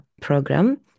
program